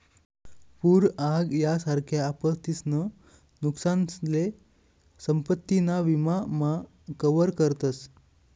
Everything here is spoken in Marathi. पूर आग यासारख्या आपत्तीसन नुकसानसले संपत्ती ना विमा मा कवर करतस